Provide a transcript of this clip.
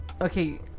okay